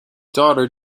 daughter